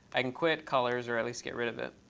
i can quit colors, or at least get rid of it.